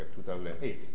2008